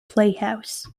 playhouse